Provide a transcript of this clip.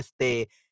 este